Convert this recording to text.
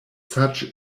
such